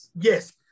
Yes